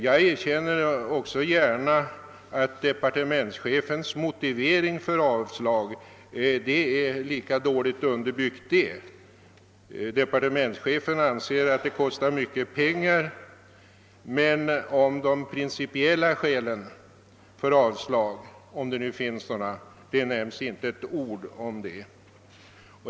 Jag erkänner emellertid gärna att departementschefens motivering för avslag är lika dåligt underbyggd. Departementschefen anser att det kostar mycket pengar att genomföra förslaget, men om de principiella skälen för avslag — om det nu finns några sådana — sägs inte ett ord.